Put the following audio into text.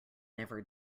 never